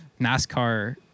NASCAR